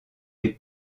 est